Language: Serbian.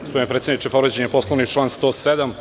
Gospodine predsedniče, povređen je Poslovnik, član 107.